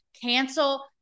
cancel